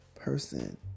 person